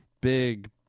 big